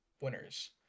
winners